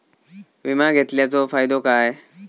विमा घेतल्याचो फाईदो काय?